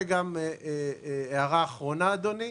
הערה אחרונה, אדוני.